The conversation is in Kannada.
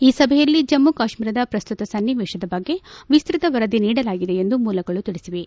ಈ ಸಭೆಯಲ್ಲಿ ಜಮ್ಮ ಕಾಶ್ಮೀರದ ಪ್ರಸ್ತುತ ಸನ್ನಿವೇಶದ ಬಗ್ಗೆ ವಿಸ್ತೃತ ವರದಿ ನೀಡಲಾಗಿದೆ ಎಂದು ಮೂಲಗಳು ತಿಳಿಸಿವೆ